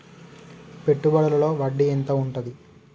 పెట్టుబడుల లో వడ్డీ ఎంత ఉంటది?